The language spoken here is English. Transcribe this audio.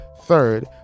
Third